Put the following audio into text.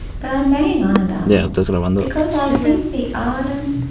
but i am banging on about it because i think the ardent,